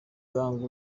young